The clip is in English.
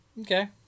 Okay